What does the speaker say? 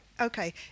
okay